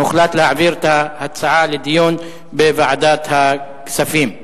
הוחלט להעביר את ההצעות לדיון בוועדת הכספים.